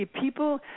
people